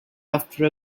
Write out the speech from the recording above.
after